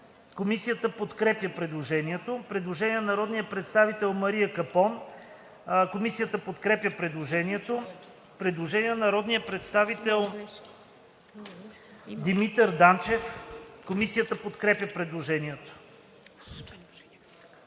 Комисията подкрепя предложението. Предложение на народния представител Мария Капон. Комисията подкрепя предложението. Предложение на народния представител Димитър Данчев. Комисията подкрепя предложението.